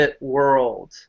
World